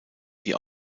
die